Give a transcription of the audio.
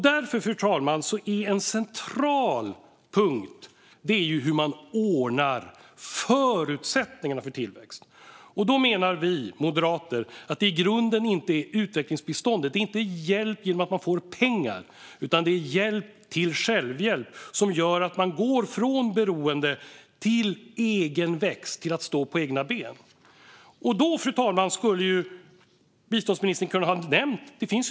Därför, fru talman, är det en central punkt hur förutsättningarna för tillväxt ordnas. Då menar vi moderater att det i grunden inte är utvecklingsbiståndet det hänger på. Det är inte genom att man får pengar utan genom hjälp till självhjälp som länder går från beroende till att växa och stå på egna ben. Och det finns ju den typen av exempel, fru talman, som biståndsministern skulle ha kunnat nämna.